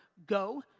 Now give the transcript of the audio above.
go,